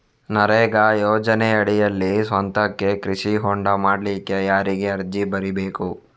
ನರೇಗಾ ಯೋಜನೆಯಡಿಯಲ್ಲಿ ಸ್ವಂತಕ್ಕೆ ಕೃಷಿ ಹೊಂಡ ಮಾಡ್ಲಿಕ್ಕೆ ಯಾರಿಗೆ ಅರ್ಜಿ ಬರಿಬೇಕು?